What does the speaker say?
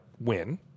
win